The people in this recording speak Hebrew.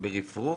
ברפרוף,